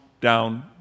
down